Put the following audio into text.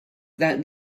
that